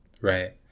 Right